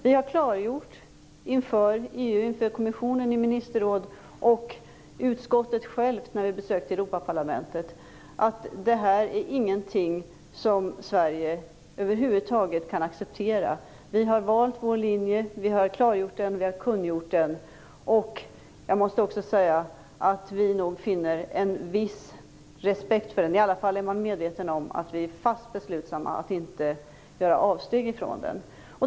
Vi har klargjort inför EU - inför kommissionen, ministerrådet och även utskottet självt när vi besökte Europaparlamentet - att detta inte är någonting som Sverige kan acceptera över huvud taget. Vi har valt vår linje, klargjort den och kungjort den, och jag tror också att vi finner en viss respekt för den. I alla fall är man medveten om att vi är fast beslutna att inte göra avsteg från den.